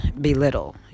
belittle